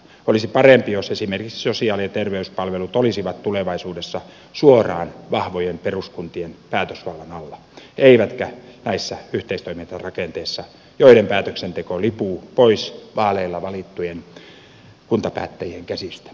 olisi parempi jos esimerkiksi sosiaali ja terveyspalvelut olisivat tulevaisuudessa suoraan vahvojen peruskuntien päätösvallan alla eivätkä näissä yhteistoimintarakenteissa joiden päätöksenteko lipuu pois vaaleilla valittujen kuntapäättäjien käsistä